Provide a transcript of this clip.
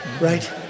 right